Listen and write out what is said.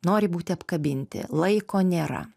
nori būti apkabinti laiko nėra